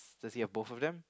does he have both of them